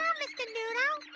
um mr. noodle.